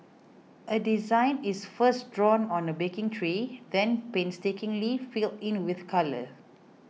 a design is first drawn on a baking tray then painstakingly filled in with colour